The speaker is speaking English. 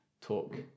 talk